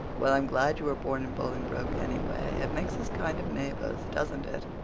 well, i'm glad you were born in bolingbroke anyway. it makes us kind of neighbors, doesn't it?